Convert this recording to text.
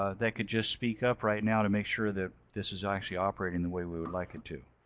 ah that could just speak up right now to make sure that this is actually operating the way we would like it to?